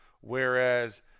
Whereas